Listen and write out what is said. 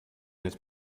jetzt